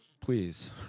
Please